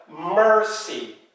mercy